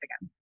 again